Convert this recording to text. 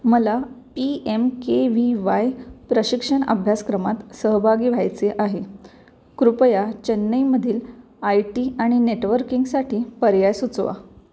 मला P M K V Y प्रशिक्षण अभ्यासक्रमात सहभागी व्हायचे आहे कृपया चेन्नईमधील आय टी आणि नेटवर्किंगसाठी पर्याय सुचवा